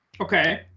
Okay